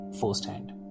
firsthand